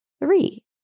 three